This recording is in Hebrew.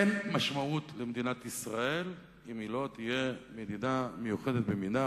אין משמעות למדינת ישראל אם היא לא תהיה מדינה מיוחדת במינה,